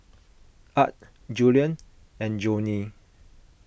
Art Julien and Joanie